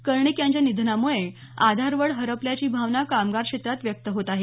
कर्णिक यांच्या निधनामुळे आधारवड हरपल्याची भावना कामगार क्षेत्रात व्यक्त होत आहे